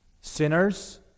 Sinners